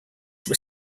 were